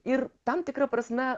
ir tam tikra prasme